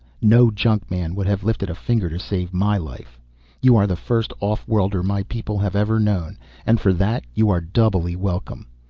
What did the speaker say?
no junkman would have lifted a finger to save my life you are the first off-worlder my people have ever known and for that you are doubly welcome.